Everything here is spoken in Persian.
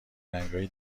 رنگای